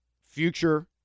future